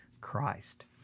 Christ